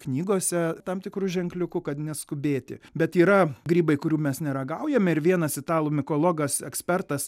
knygose tam tikru ženkliuku kad neskubėti bet yra grybai kurių mes neragaujame ir vienas italų mikologas ekspertas